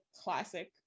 classic